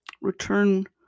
return